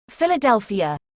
Philadelphia